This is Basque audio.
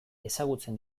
ezagutzen